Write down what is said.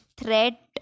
threat